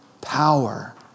power